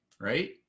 right